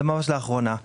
זה ממש לאחרונה.